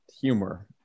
humor